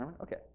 Okay